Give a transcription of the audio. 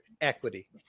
equity